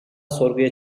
sorguya